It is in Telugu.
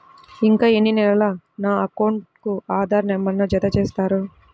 ఇంకా ఎన్ని నెలలక నా అకౌంట్కు ఆధార్ నంబర్ను జత చేస్తారు?